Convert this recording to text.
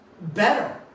better